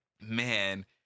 man